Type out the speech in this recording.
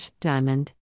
Diamond